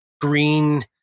green